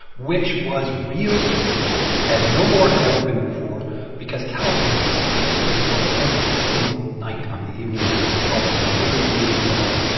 which was real to people as no war had ever been before because television was taking us to the war every single night on the evening news. they called it the living-room war.